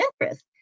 interest